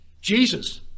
Jesus